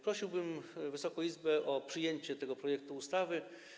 Prosiłbym Wysoką Izbę o przyjęcie tego projektu ustawy.